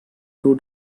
two